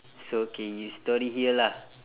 it's okay you story here lah